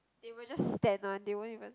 they will just stand one they won't even